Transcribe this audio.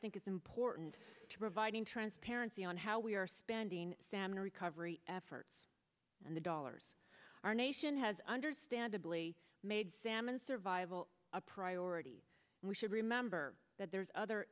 think is important to providing transparency on how we are spending salmon recovery efforts and the dollars our nation has understandably made salmon survival a priority and we should remember that there's other